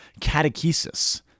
catechesis